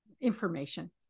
Information